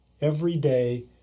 everyday